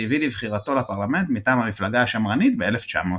שהביא לבחירתו לפרלמנט מטעם המפלגה השמרנית ב-1900.